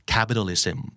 Capitalism